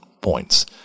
points